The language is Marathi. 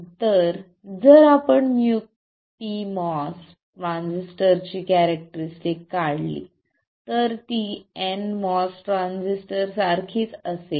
तर जर आपण pMOS ट्रान्झिस्टरची कॅरेक्टरिस्टिक काढली तर ती nMOS ट्रान्झिस्टर सारखीच असेल